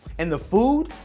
and the food?